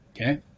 Okay